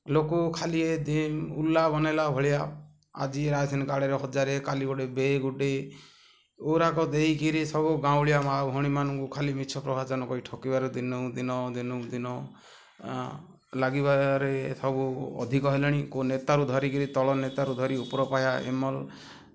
ଲୋକ ଖାଲି ଉଲ୍ଲା ବନେଇଲା ଭଳିଆ ଆଜି ରାସନ୍ କାର୍ଡ଼ରେ ହଜାରେ କାଲି ଗୋଟେ ବେ ଗୁଟେ ଉରାକ ଦେଇକିରି ସବୁ ଗାଉଁଳିଆ ମାଉସୀ ଭଉଣୀମାନଙ୍କୁ ଖାଲି ମିଛ ପ୍ରବଚନ କରି ଠକିବାରେ ଦିନକୁ ଦିନ ଦିନକୁ ଦିନ ଲାଗିବାରେ ସବୁ ଅଧିକ ହେଲାଣି କେଉଁ ନେତାରୁ ଧରିକିରି ତଳ ନେତାରୁ ଧରି ଉପର ପ୍ରାୟ ଏମଲ୍